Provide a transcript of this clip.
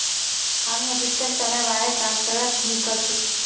हामी अधिकतर समय वायर ट्रांसफरत ही करचकु